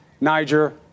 Niger